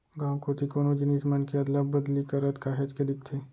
गाँव कोती कोनो जिनिस मन के अदला बदली करत काहेच के दिखथे